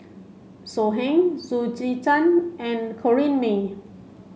So Heng Loo Zihan and Corrinne May